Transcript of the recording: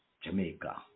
Jamaica